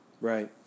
Right